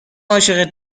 عاشق